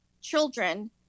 children